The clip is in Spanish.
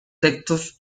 textos